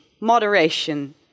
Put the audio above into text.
moderation